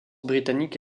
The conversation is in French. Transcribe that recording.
britannique